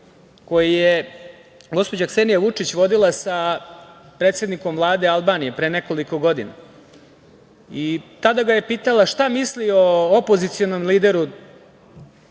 koji je gospođa Ksenija Vučić vodila sa predsednikom Vlade Albanije, pre nekoliko godina. Tada ga je pitala šta misli o opozicionom lideru,